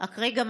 אחריה,